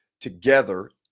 together